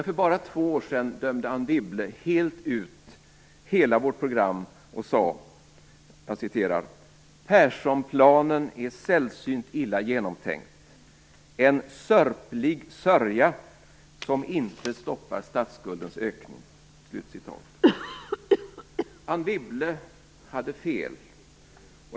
För bara två år sedan dömde Anne Wibble helt ut hela vårt program och sade: Perssonplanen är sällsynt illa genomtänkt, en sörplig sörja som inte stoppar statsskuldens ökning. Anne Wibble hade fel.